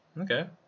Okay